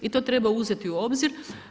I to treba uzeti u obzir.